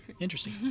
Interesting